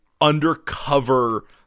undercover